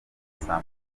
saa